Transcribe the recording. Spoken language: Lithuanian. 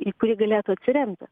į kurį galėtų atsiremti